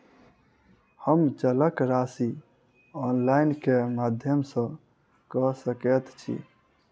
हम जलक राशि ऑनलाइन केँ माध्यम सँ कऽ सकैत छी?